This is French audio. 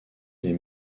des